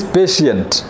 patient